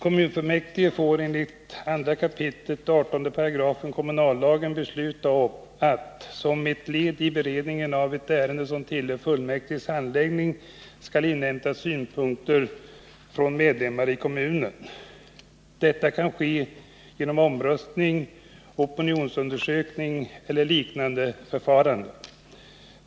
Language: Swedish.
Kommunfullmäktige får enligt 2 kap. 18 § kommunallagen besluta att som ett led i beredningen av ett ärende som tillhör fullmäktiges handläggning skall inhämtas synpunkt från medlemmar i kommunen. Detta kan ske genom omröstning, opinionsundersökning eller ett liknande förfarande.